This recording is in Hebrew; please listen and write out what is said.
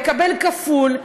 לקבל כפול,